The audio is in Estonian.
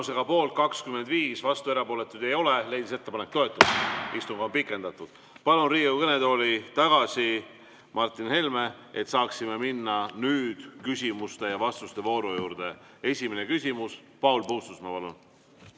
Palun Riigikogu kõnetooli tagasi Martin Helme, et saaksime minna nüüd küsimuste ja vastuste vooru juurde. Esimene küsimus, Paul Puustusmaa, palun!